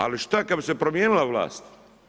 Ali šta kad bi se promijenila vlast?